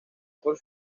por